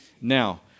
Now